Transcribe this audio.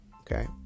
Okay